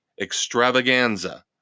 extravaganza